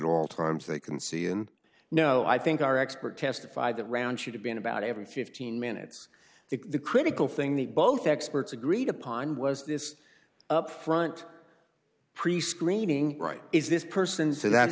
all times they can see and know i think our expert testified that round should have been about every fifteen minutes the critical thing that both experts agreed upon was this up front pre screening right is this person so that's